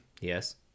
Yes